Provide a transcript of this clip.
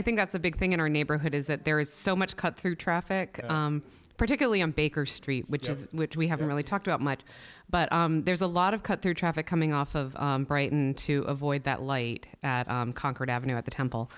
i think that's a big thing in our neighborhood is that there is so much cut through traffic particularly in baker street which is which we haven't really talked about much but there's a lot of cut their traffic coming off of brighton to avoid that late at concord avenue at the temple